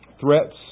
threats